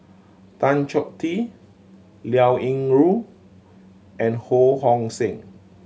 Tan Choh Tee Liao Yingru and Ho Hong Sing